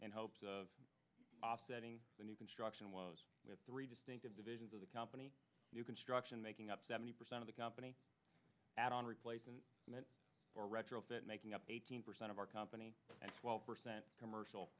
in hopes of offsetting the new construction was with three distinct divisions of the company new construction making up seventy percent of the company add on replacement meant for retrofit making up eighteen percent of our company and twelve percent commercial